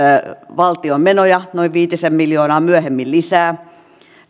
valtion menoja viitisen miljoonaa myöhemmin lisää